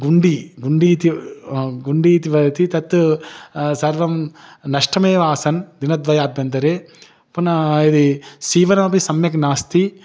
गुन्डी गुन्डी इति गुन्डी इति वदति तत् सर्वं नष्टमेव आसन् दिनद्वयाभ्यन्तरे पुनः यदि सीवनम् अपि सम्यक् नास्ति